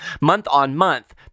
Month-on-month